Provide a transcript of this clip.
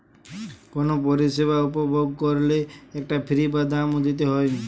কুনো পরিষেবা উপভোগ কোরলে একটা ফী বা দাম দিতে হই